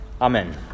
Amen